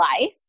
life